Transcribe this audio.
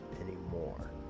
anymore